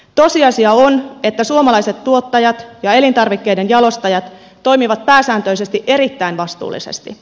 tosiasia on että suomalaiset tuottajat ja elintarvikkeiden jalostajat toimivat pääsääntöisesti erittäin vastuullisesti